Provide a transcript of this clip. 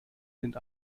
sind